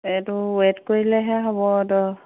এইটো ওৱেট কৰিলেহে হ'ব তো